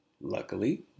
luckily